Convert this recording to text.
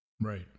Right